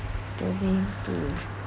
domain two